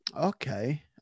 okay